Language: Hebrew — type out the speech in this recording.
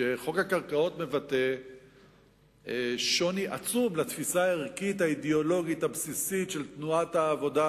שמבטא שוני עצום מהתפיסה הערכית-האידיאולוגית הבסיסית של תנועת העבודה.